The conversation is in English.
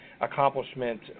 accomplishment